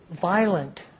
violent